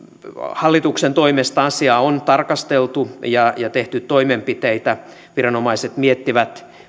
hallituksen toimesta asiaa on tarkasteltu ja ja tehty toimenpiteitä viranomaiset miettivät